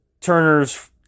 Turner's